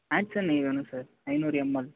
ஹேட்சன் நெய் வேணும் சார் ஐந்நூறு எம்எல்